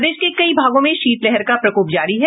प्रदेश के कई भागों में शीतलहर का प्रकोप जारी है